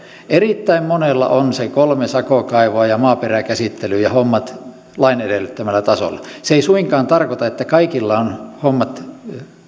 erittäin monella on se kolme sakokaivoa ja maaperäkäsittely ja hommat lain edellyttämällä tasolla se ei suinkaan tarkoita että kaikilla ovat hommat